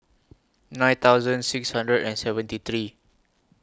nine thousand six hundred and seventy three